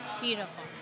Beautiful